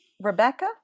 Rebecca